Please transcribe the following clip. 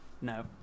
No